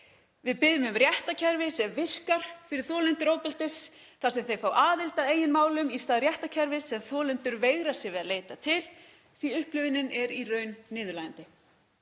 Við biðjum um réttarkerfi sem virkar fyrir þolendur ofbeldis þar sem þeir fá aðild að eigin málum í stað réttarkerfis sem þolendur veigra sér við að leita til því upplifunin er í raun niðurlægjandi.